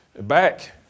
back